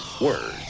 word